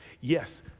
Yes